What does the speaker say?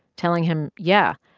telling him, yeah.